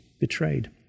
betrayed